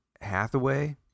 Hathaway